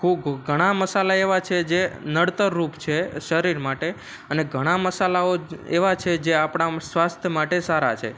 ખુબ ઘણા મસાલા એવા છે જે નળતરરૂપ છે શરીર માટે અને ઘણા મસાલાઓ એવા છે જે આપણા સ્વાસ્થ્ય માટે સારા છે